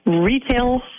retail